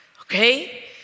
okay